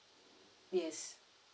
yes